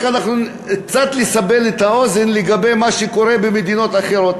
רק קצת לסבר את האוזן לגבי מה שקורה במדינות אחרות.